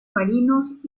marinos